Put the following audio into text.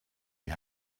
die